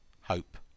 hope